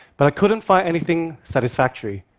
but i couldn't find anything satisfactory.